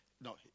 no